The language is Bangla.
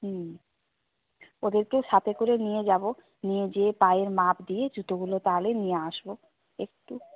ওদেরকেও সাথে করে নিয়ে যাবো নিয়ে যেয়ে পায়ের মাপ দিয়ে জুতোগুলো তাহলে নিয়ে আসবো একটু